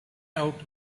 out